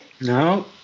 No